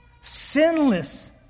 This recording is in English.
Sinless